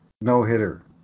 no-hitter